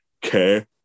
care